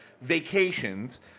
vacations